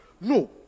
no